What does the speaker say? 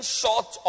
short